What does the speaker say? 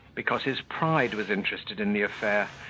because his pride was interested in the affair,